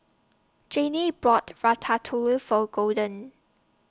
Janay bought Ratatouille For Golden